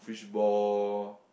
fishball